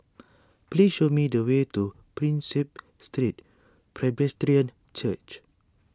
please show me the way to Prinsep Street Presbyterian Church